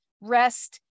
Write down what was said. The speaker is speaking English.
rest